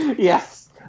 Yes